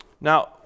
Now